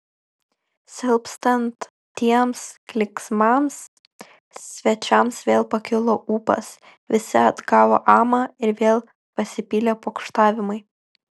silpstant tiems klyksmams svečiams vėl pakilo ūpas visi atgavo amą ir vėl pasipylė pokštavimai